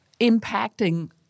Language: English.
impacting